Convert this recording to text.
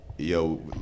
Yo